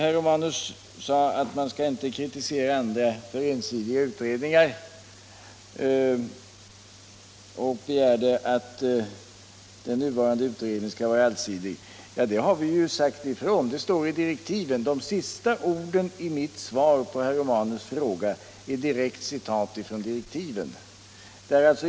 Herr Romanus sade att man inte skall kritisera andra för ensidiga utredningar och begärde att den utredning som nu arbetar skall vara allsidig. Ja, det har vi klart uttalat. Det sägs i direktiven. De sista orden i mitt svar på herr Romanus fråga är ett direkt citat från direktiven.